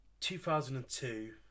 2002